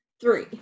Three